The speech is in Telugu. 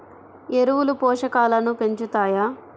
ఎరువులు పోషకాలను పెంచుతాయా?